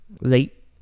Late